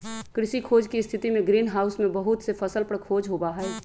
कृषि खोज के स्थितिमें ग्रीन हाउस में बहुत से फसल पर खोज होबा हई